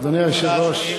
אדוני היושב-ראש,